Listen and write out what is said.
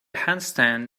handstand